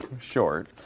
short